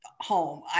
home